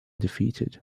defeated